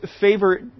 favor